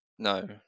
No